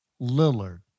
Lillard